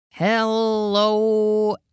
Hello